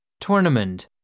Tournament